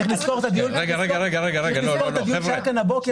צריך לזכור את הדיון שהיה כאן הבוקר.